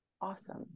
Awesome